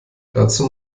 dazu